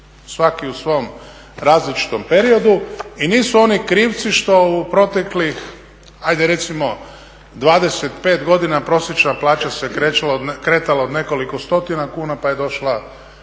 Svaki u svom različitom periodu i nisu oni krivci što u proteklih, ajde recimo 25 godina prosječna plaća se kretala od nekoliko stotina kuna pa je došla